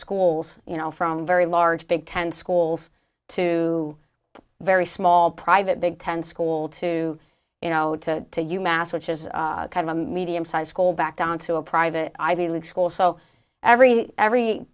schools you know from very large big ten schools to very small private big ten school to you know to to you mass which is kind of a medium sized school back down to a private ivy league school so every every